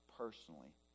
Personally